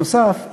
נוסף על כך,